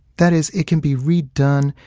that is, it can be redone,